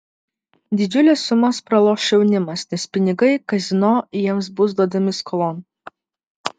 didžiules sumas praloš jaunimas nes pinigai kazino jiems bus duodami skolon